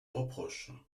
reproche